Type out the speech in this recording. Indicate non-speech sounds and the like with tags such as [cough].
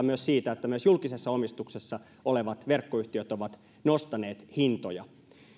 [unintelligible] myös siitä että myös julkisessa omistuksessa olevat verkkoyhtiöt ovat nostaneet hintoja